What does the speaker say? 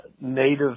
native